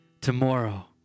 tomorrow